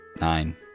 Nine